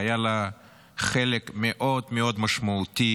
והיה לה חלק מאוד מאוד משמעותי